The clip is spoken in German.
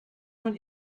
von